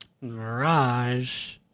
mirage